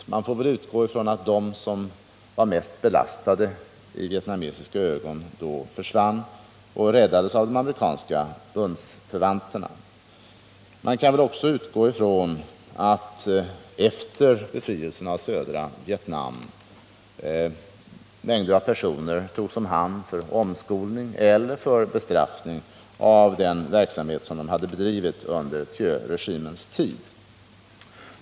Man får väl utgå ifrån att de som i vietnamesiska ögon då var mest belastade försvann och räddades av de amerikanska bundsförvanterna. Man kan väl också utgå ifrån att efter befrielsen av södra Vietnam många personer togs om hand för omskolning eller för bestraffning för den verksamhet som de hade bedrivit under Thieuregimens tid.